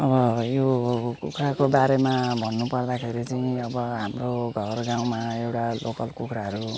यो कुखुराको बारेमा भन्नुपर्दाखेरि चाहिँ अब हाम्रो घरगाउँमा एउटा लोकल कुखुराहरू